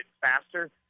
faster